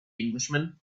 englishman